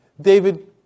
David